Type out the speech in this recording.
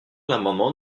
l’amendement